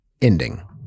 ending